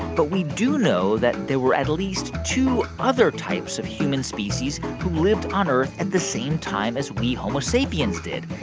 but we do know that there were at least two other types of human species who lived on earth at the same time as we homo sapiens did.